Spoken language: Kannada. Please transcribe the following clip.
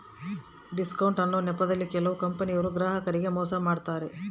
ಡಿಸ್ಕೌಂಟ್ ಅನ್ನೊ ನೆಪದಲ್ಲಿ ಕೆಲವು ಕಂಪನಿಯವರು ಗ್ರಾಹಕರಿಗೆ ಮೋಸ ಮಾಡತಾರೆ